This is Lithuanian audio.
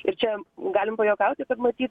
ir čia galim pajuokauti kad matyt